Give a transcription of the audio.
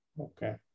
Okay